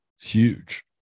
huge